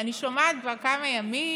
אני שומעת כבר כמה ימים